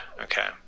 okay